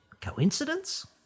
Coincidence